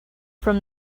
from